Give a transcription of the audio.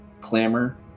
clamor